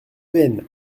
veynes